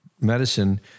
medicine